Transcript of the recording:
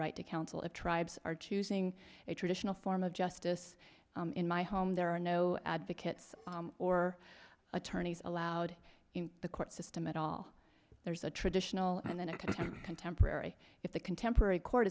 right to counsel of tribes are choosing a traditional form of justice in my home there are no advocates or attorneys allowed in the court system at all there's a traditional and then account contemporary if the contemporary court